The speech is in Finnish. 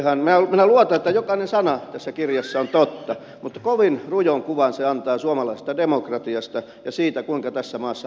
minä luotan että jokainen sana tässä kirjassa on totta mutta kovin rujon kuvan se antaa suomalaisesta demokratiasta ja siitä kuinka tässä maassa hallituksia muodostellaan